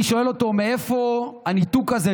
אני שואל אותו: מאיפה הניתוק הזה,